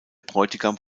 bräutigam